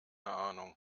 ahnung